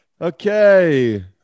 Okay